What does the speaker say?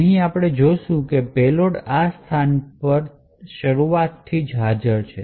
અહી આપણે જોશું કે પેલોડ આ સ્થાન પર શરૂઆત થી જ હાજર છે